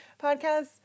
podcasts